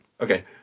Okay